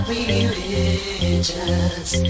religious